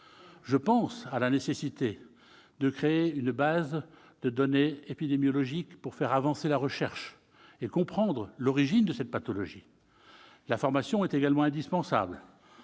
Je pense à la nécessité de créer une base de données épidémiologiques, pour faire avancer la recherche et comprendre l'origine de cette pathologie. La formation est également indispensable.